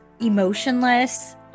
emotionless